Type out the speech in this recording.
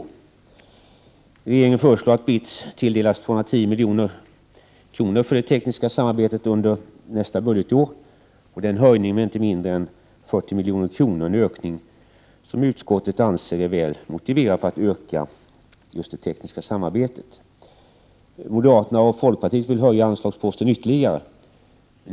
Regeringen föreslår att BITS tilldelas 210 milj.kr. för det tekniska samarbetet under nästa budgetår. Det är en höjning med inte mindre än 40 milj.kr., vilket utskottet anser är väl motiverat för att öka det tekniska samarbetet. Moderaterna och folkpartiet vill höja anslagsposten ytterligare.